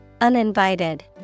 Uninvited